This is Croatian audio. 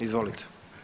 Izvolite.